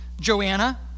Joanna